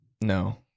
No